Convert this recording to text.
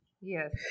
Yes